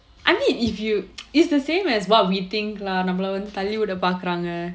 I mean if you it's the same as what we think lah நம்மள வந்து தள்ளி விட பார்க்குறாங்க:nammala vanthu thalli vida paarkuraanga